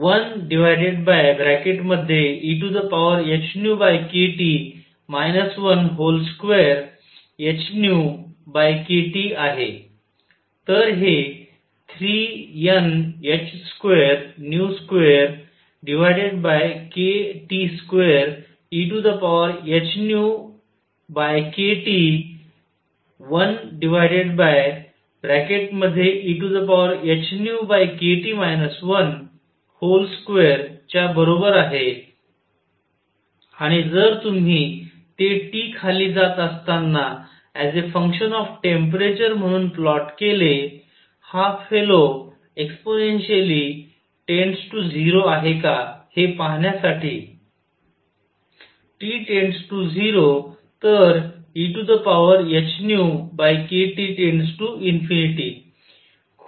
तर हे 3Nh22kT2ehνkT 1ehνkT 12 च्या बरोबर आहे आणि जर तुम्ही ते T खाली जात असताना एज या फंक्शन ऑफ टेम्परेचर म्हणून प्लॉट केले हा फेलो एक्सपोनेन्शिअली 0 आहे का हे पाहण्यासाठी T 0 तरehνkT→∞ खूप मोठ्या संख्ये कडे जाते